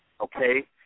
okay